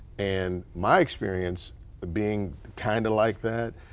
and my experience of being kind of like that.